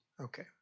Okay